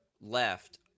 left